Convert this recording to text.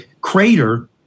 crater